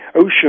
ocean